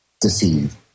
deceive